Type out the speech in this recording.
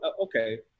Okay